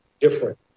different